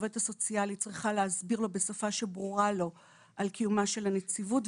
עובדת הסוציאלית צריכה להסביר לו בשפה שברורה לו על קיומה של הנציבות,